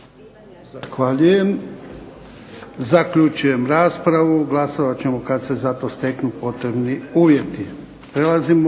Zahvaljujem. Zaključujem raspravu. Glasovat ćemo kad se za to steknu potrebni uvjeti. **Šeks,